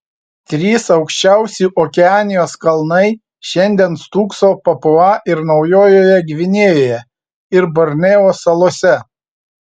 trys aukščiausi okeanijos kalnai šiandien stūkso papua ir naujojoje gvinėjoje ir borneo salose